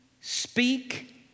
speak